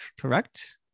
correct